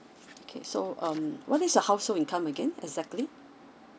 okay so um what is your household income again exactly